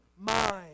mind